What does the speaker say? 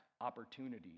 opportunities